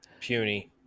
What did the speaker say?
Puny